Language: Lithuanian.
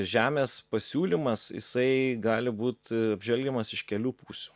žemės pasiūlymas jisai gali būt apžvelgiamas iš kelių pusių